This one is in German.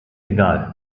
egal